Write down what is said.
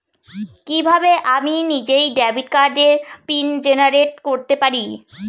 কিভাবে আমি নিজেই ডেবিট কার্ডের পিন জেনারেট করতে পারি?